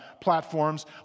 platforms